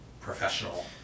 professional